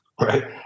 right